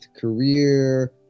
career